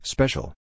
Special